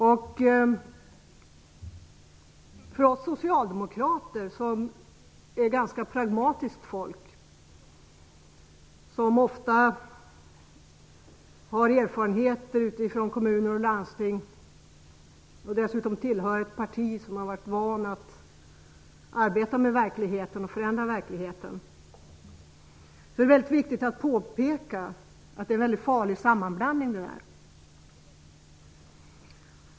För oss socialdemokrater, som är ganska pragmatiskt lagda, ofta med erfarenheter från kommuner och landsting, och som tillhör ett parti som varit vant att arbeta med och förändra verkligheten, är det mycket viktigt att påpeka att denna sammanblandning är farlig.